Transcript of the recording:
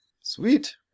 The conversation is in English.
sweet